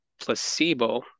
placebo